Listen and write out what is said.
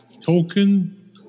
token